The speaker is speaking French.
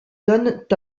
donnent